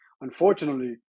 unfortunately